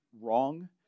wrong